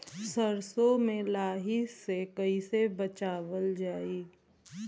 सरसो में लाही से कईसे बचावल जाई?